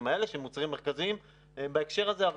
האלה שהם מוצרים מרכזיים בהקשר הזה.